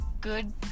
good